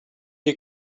you